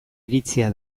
iritzia